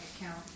account